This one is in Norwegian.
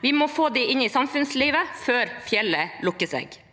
Vi må få dem inn i samfunnslivet før fjellet lukker seg.